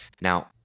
Now